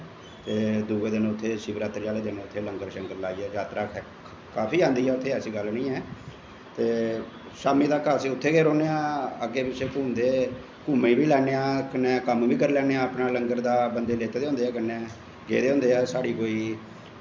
ते दुऐ दिन उत्थें लंगर शंगर लाईयै ते जात्तरा काफी आंदी उत्थें ऐसी गल्ल नी ऐ ते शाम्मी तक अस उत्थें गै रौह्नें आं अग्गैं पिच्छै घूमदे घूमीं बी लैन्नें आं कन्नैं कम्म बी करी लैन्नें आं कन्नैं बंदे बी लेते दे होंदे ऐ कन्नैं गेदे होंद् ऐं साढ़े कोई